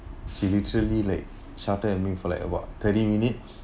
she literally like shouted at me for like about thirty minutes